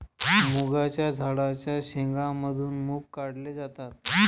मुगाच्या झाडाच्या शेंगा मधून मुग काढले जातात